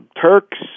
Turks